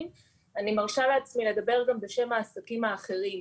מרשה לעצמי לדבר גם בשם העסקים האחרים.